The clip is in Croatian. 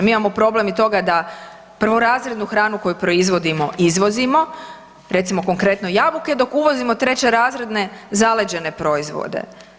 Mi imamo problem i toga da prvorazrednu hranu koju proizvodimo izvozimo, recimo konkretno jabuke, dok uvozimo 3-razredne zaleđene proizvode.